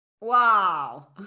wow